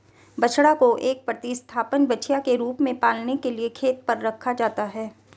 बछड़ा को एक प्रतिस्थापन बछिया के रूप में पालने के लिए खेत पर रखा जाता है